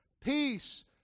Peace